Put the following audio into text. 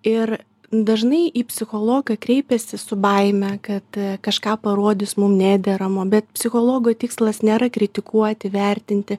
ir dažnai į psichologą kreipiasi su baime kad kažką parodys mum nederamo bet psichologo tikslas nėra kritikuoti vertinti